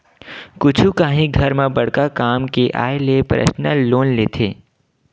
कुछु काही घर म बड़का काम के आय ले परसनल लोन लेथे